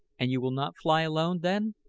and you will not fly alone, then?